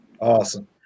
awesome